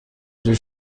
جور